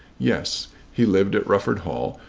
yes he lived at rufford hall,